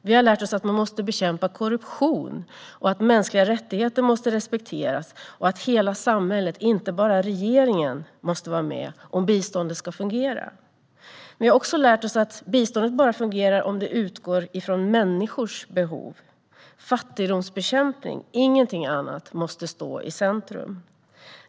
Vi har lärt oss att man måste bekämpa korruption, att mänskliga rättigheter måste respekteras och att hela samhället, inte bara regeringen, måste vara med om biståndet ska fungera. Men vi har också lärt oss att biståndet bara fungerar om det utgår från människors behov. Fattigdomsbekämpning, ingenting annat, måste stå i centrum.